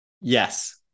Yes